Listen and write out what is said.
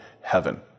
heaven